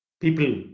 people